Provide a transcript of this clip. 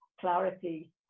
clarity